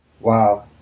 Wow